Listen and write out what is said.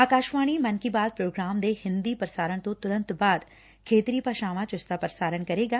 Akashvani Mann Ki Baat programme ਦੇ ਹਿੰਦੀ ਪੁਸਾਰਣ ਤੋਂ ਤੁਰੰਤ ਬਾਅਦ ਖੇਤਰੀ ਭਾਸ਼ਾਵਾਂ ਚ ਇਸ ਦਾ ਪੁਸਾਰਣ ਕਰੇਗਾ